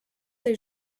des